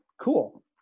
Cool